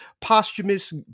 posthumous